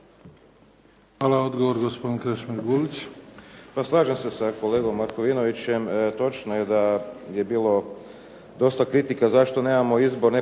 Hvala. Odgovor, gospodin Krešimir Gulić.